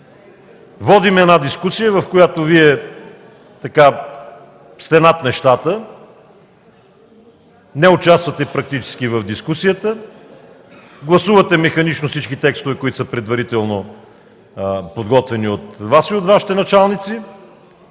Водим дискусия, в която Вие сте над нещата, не участвате практически в дискусията, гласувате механично всички текстове, които са предварително подготвени от Вас и от Вашите началници,